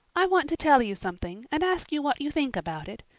i want to tell you something and ask you what you think about it.